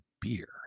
beer